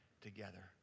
together